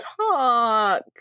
talk